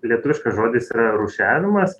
lietuviškas žodis yra rūšiavimas